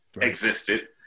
existed